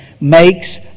makes